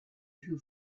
who